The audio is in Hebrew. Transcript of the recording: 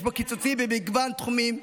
יש בו קיצוצים במגוון תחומים,